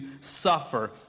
suffer